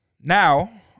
Now